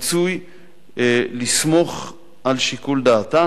רצוי לסמוך על שיקול דעתן,